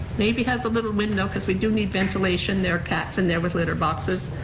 maybe has a little window, cause we do need ventilation, they're cats and they're with litter boxes,